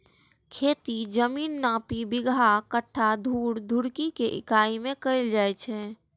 खेतीक जमीनक नापी बिगहा, कट्ठा, धूर, धुड़की के इकाइ मे कैल जाए छै